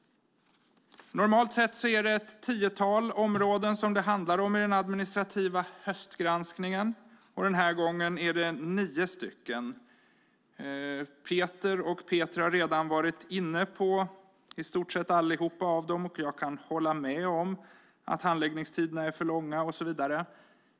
Normalt sett är det ett tiotal områden som det handlar om i den administrativa höstgranskningen, och den här gången är det nio. Peter och Peter har redan varit inne på i stort sett allihop, och jag kan hålla med om att handläggningstiderna är för långa och så vidare.